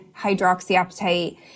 hydroxyapatite